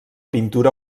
pintura